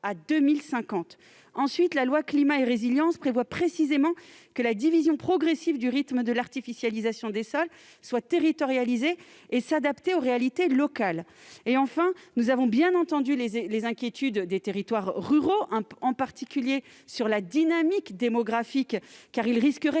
à 2050. Deuxièmement, la loi Climat et résilience prévoit précisément que la division progressive du rythme de l'artificialisation des sols soit territorialisée et adaptée aux réalités locales. Troisièmement, nous avons bien entendu les inquiétudes des territoires ruraux, en particulier s'agissant de la dynamique démographique, car ceux-ci pourraient